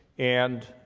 and